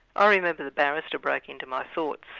i remember the barrister broke into my thoughts,